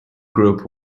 group